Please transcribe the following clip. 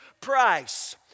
price